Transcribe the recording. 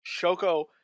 Shoko